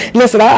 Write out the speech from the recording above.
listen